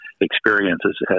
experiences